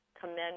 commend